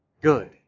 good